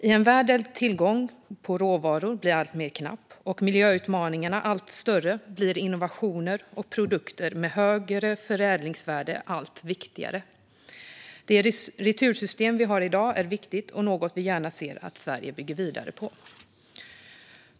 I en värld där tillgången på råvaror blir alltmer knapp och miljöutmaningarna allt större blir innovationer och produkter med högre förädlingsvärde allt viktigare. Det retursystem vi har i dag är viktigt och något vi gärna ser att Sverige bygger vidare på.